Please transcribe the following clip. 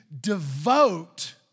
devote